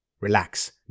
Relax